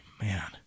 man